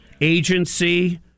agency